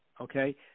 Okay